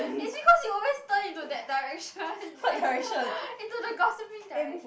is it cause you always turn into that direction is the into the gossiping direction